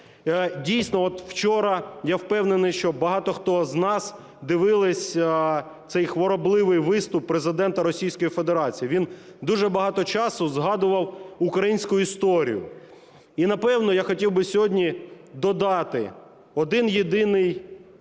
Дійсно, от вчора, я впевнений, що багато, хто з нас дивились цей хворобливий виступ Президента Російської Федерації, він дуже багато часу згадував українську історію. І напевно, я хотів би сьогодні додати один єдиний